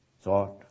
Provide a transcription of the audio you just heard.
thought